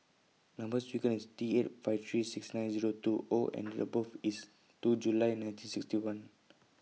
Number sequence IS T eight five three six nine Zero two O and Date of birth IS two July nineteen sixty one